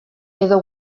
edo